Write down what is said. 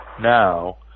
now